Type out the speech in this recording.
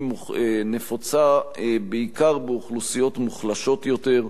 נפוצה בעיקר בקרב אוכלוסיות מוחלשות יותר.